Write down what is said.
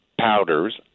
powders